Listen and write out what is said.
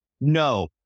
no